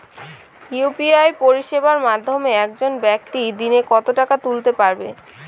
UPI পরিষেবার মাধ্যমে একজন ব্যাক্তি দিনে কত টাকা তুলতে পারবে?